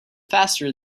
faster